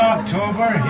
October